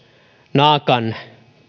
naakan